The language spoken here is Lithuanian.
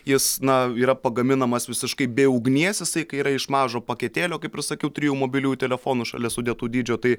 jis na yra pagaminamas visiškai be ugnies jisai yra iš mažo paketėlio kaip ir sakiau trijų mobiliųjų telefonų šalia sudėtų dydžio tai